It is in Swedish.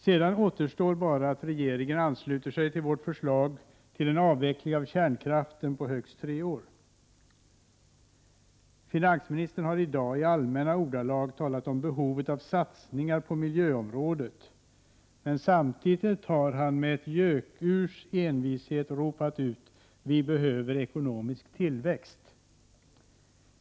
Sedan återstår bara att regeringen ansluter sig till vårt förslag till en avveckling av kärnkraften på högst tre år. Finansministern har i dag i allmänna ordalag talat om behovet av satsningar på miljöområdet, men samtidigt har han med ett gökurs envishet ropat ut: Vi behöver ekonomisk tillväxt.